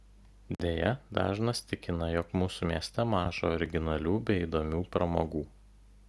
deja dažnas tikina jog mūsų mieste maža originalių bei įdomių pramogų